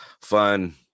fun